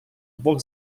двох